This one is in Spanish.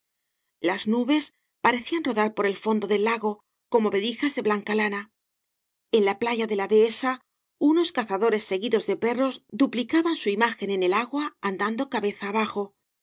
las nubes parecían rodar por el fondo del lago como vedijas de blanca lana en la playa de la dehesa unos cazadores seguidos de perros duplicaban su imagen en el agua andando cabeza abajo